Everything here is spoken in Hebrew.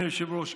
אדוני היושב-ראש,